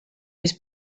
his